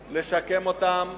אותם,